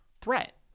threat